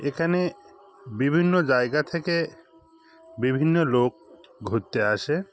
এখানে বিভিন্ন জায়গা থেকে বিভিন্ন লোক ঘুরতে আসে